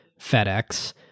FedEx